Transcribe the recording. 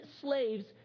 slaves